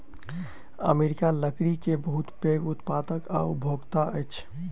America लकड़ी के बहुत पैघ उत्पादक आ उपभोगता अछि